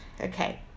Okay